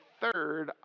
third